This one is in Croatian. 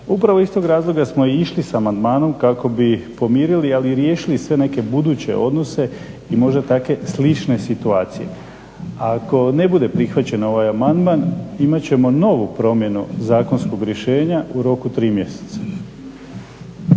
Upravo iz tog razloga smo išli sa amandmanom kako bi pomirili, ali i riješili sve neke buduće odnose i možda takve slične situacije. Ako ne bude prihvaćen ovaj amandman imat ćemo novu promjenu zakonskog rješenja u roku od 3 mjeseca.